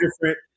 different